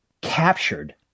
captured